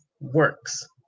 works